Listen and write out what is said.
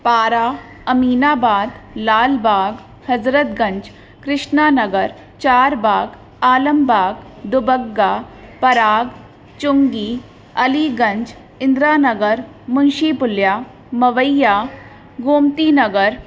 Para Aminabad Lalbagh Hazratganj Krishna Nagar Charbagh Alambagh Dubagga Parag Chungi Aliganj Indira Nagar Munshi Pulia Mawaiya Gomti Nagar